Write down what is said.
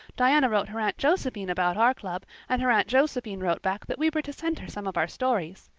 diana wrote her aunt josephine about our club and her aunt josephine wrote back that we were to send her some of our stories.